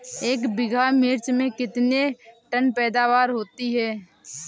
एक बीघा मिर्च में कितने टन पैदावार होती है?